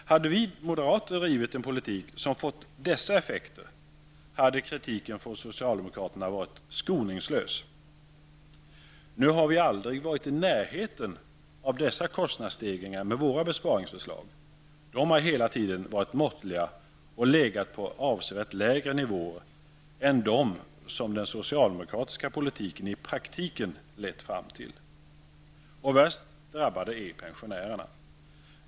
Hade vi moderater drivit en politik som fått dessa effekter hade kritiken från socialdemokraterna varit skoningslös. Nu har vi aldrig varit i närheten av dessa kostnadsstegringar med våra besparingsförslag. De har hela tiden varit måttliga och legat på avsevärt lägre nivåer än de som den socialdemokratiska politiken i praktiken lett fram till. Värst drabbade är pensionärerna.